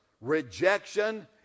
rejection